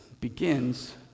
begins